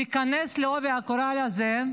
להיכנס בעובי הקורה של זה,